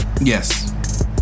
Yes